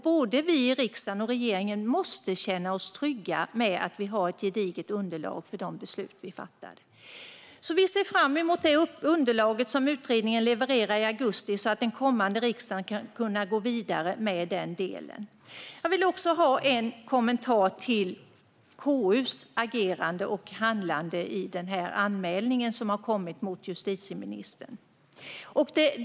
Både vi i riksdagen och regeringen måste känna oss trygga med att det finns ett gediget underlag för de beslut vi fattar. Vi ser fram emot att få det underlag som utredningen ska leverera i augusti så att den kommande riksdagen kan gå vidare med den delen. Jag vill också ge en kommentar till KU:s agerande och handlande med anledning av den anmälan som har kommit mot justitieministern.